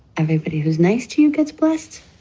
everybody who's nice to you gets blessed.